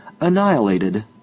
annihilated